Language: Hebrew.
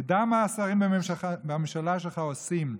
תדע מה השרים בממשלה שלך עושים.